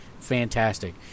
fantastic